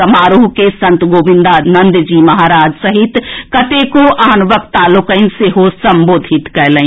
समारोह के संत गोविन्दानंद जी महाराज सहित कतेको आन वक्ता लोकनि सेहो संबोधित कएलनि